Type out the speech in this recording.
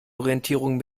orientierung